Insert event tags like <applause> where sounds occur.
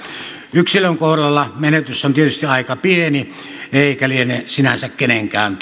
yksilön kohdalla menetys on tietysti aika pieni eikä liene sinänsä kenenkään <unintelligible>